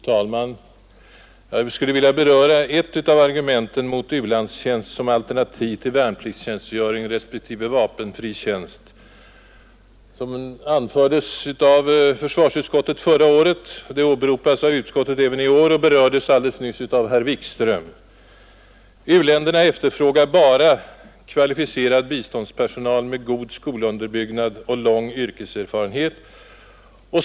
Fru talman! Jag skulle vilja helt kort beröra ett av argumenten mot Torsdagen den u-landstjänst som alternativ till värnpliktstjänstgöring respektive vapen 2 mars 1972 fritjänst som anfördes av försvarsutskottet förra året — det åberopas av utskottet även i år — och berördes alldeles nyss av herr Wikström. U-länderna efterfrågar, säger man, bara kvalificerad biståndspersonal med god skolunderbyggnad och lång yrkeserfarenhet.